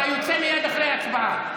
אתה יוצא מייד אחרי ההצבעה.